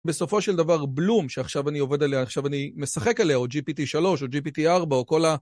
בסופו של דבר, בלום, שעכשיו אני עובד עליה, עכשיו אני משחק עליה, או GPT3, או GPT4, או כל ה...